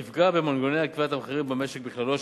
יפגע במנגנוני קביעת המחירים במשק בכללו,